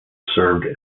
served